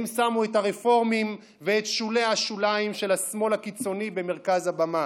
הם שמו את הרפורמים ואת שולי-השוליים של השמאל הקיצוני במרכז הבמה